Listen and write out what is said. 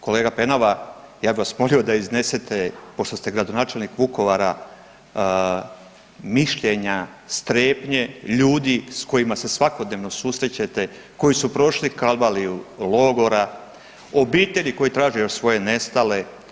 Kolega Penava, ja bih vas molio da iznesete pošto ste gradonačelnik Vukovara mišljenja, strepnje ljudi sa kojima se svakodnevno susrećete, koji su prošli kalvariju logora, obitelji koji traže još svoje nestale.